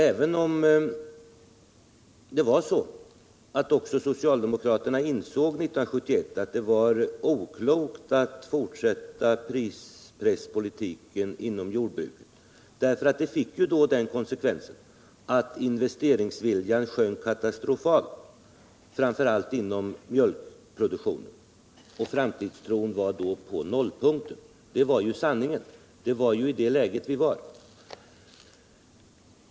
Även socialdemokraterna insåg 1971 att det var oklokt att fortsätta prispresspolitiken inom jordbruket därför att den fick till konsekvens att investeringsviljan sjönk katastrofalt, framför allt inom mjölkproduktionen. Framtidstron var då på nollpunkten, det var ju sanningen. Det var i det läget vi var.